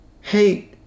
Hey